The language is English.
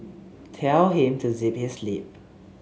tell him to zip his lip